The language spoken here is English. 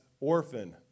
orphan